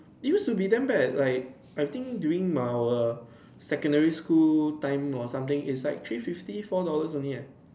used to be damn bad like I think during our secondary school time or some thing is like three fifty four dollars only ah